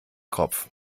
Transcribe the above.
kopf